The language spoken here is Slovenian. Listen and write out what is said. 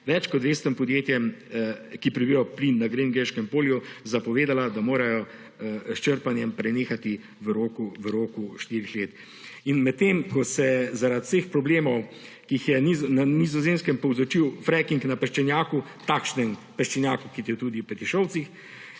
več kot 200 podjetjem, ki pridobivajo plin na groningeskem polju, zapovedala, da morajo s črpanjem prenehati v roku štirih let. Medtem ko se zaradi vseh problemov, ki jih je na Nizozemskem povzročil fracking na peščenjaku – takšnem peščenjaku, kot je tudi v Petišovcih